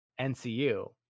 NCU